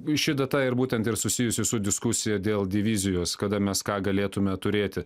ši data ir būtent ir susijusi su diskusija dėl divizijos kada mes ką galėtume turėti